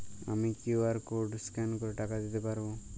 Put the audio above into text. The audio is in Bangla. আমি কিউ.আর কোড স্ক্যান করে টাকা দিতে পারবো?